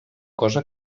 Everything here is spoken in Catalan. cosa